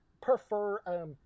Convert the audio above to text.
prefer